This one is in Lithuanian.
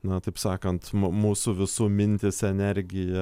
na taip sakant mūsų visų mintys energija